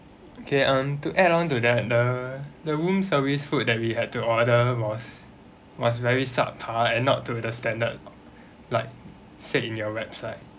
okay and to add on to that the the room service food that we had to order was was very subpar and not to the standard like said in your website